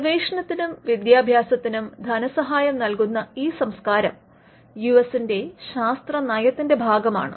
ഗവേഷണത്തിനും വിദ്യാഭ്യാസത്തിനും ധനസഹായം നൽകുന്ന ഈ സംസ്കാരം യു എസിന്റെ ശാസ്ത്ര നയത്തിന്റെ ഭാഗമാണ്